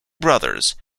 brothers